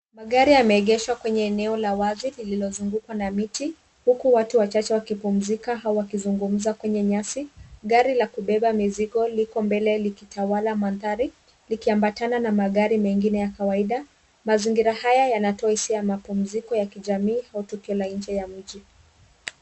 Magari yameegeshwa kwenye eneo la wazi lililozungukwa na miti, huku watu wachache wakipumzika au wakizungumza kwenye nyasi. Gari la kubeba mizigo liko mbele likitawala mandhari, likiambatana na mengine ya kawaida. Mazingira haya yanatoa hisia ya mapumziko ya kijamii au tukio la nje ya mji.